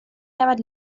رود